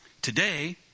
today